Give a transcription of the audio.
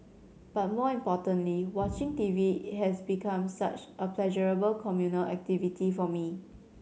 but more importantly watching T V has become such a pleasurable communal activity for me